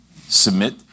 Submit